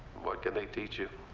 what can they teach you?